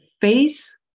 face